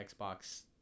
Xbox